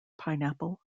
pineapple